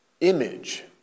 image